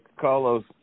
Carlos